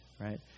right